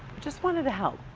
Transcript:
just wanted to help.